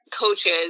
coaches